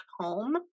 home